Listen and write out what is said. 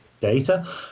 data